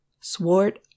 swart